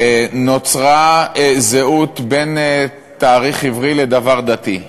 נוצרה זהות בין תאריך עברי לדבר דתי.